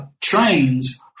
trains